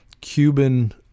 Cuban